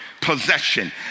possession